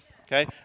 Okay